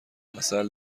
عسل